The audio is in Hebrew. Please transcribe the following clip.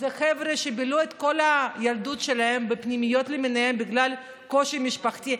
אלה חבר'ה שבילו את כל הילדות שלהם בפנימיות למיניהן בגלל קושי משפחתי.